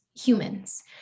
humans